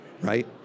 right